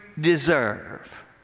deserve